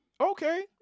Okay